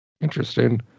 Interesting